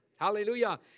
Hallelujah